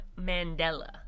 Mandela